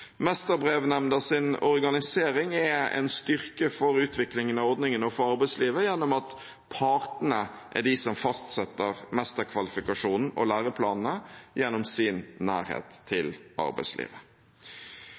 organisering er en styrke for utviklingen av ordningen og for arbeidslivet gjennom at partene er de som fastsetter mesterkvalifikasjonen og læreplanene gjennom sin nærhet